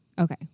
Okay